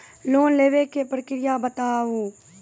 Loan लेवे के प्रक्रिया बताहू?